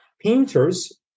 painters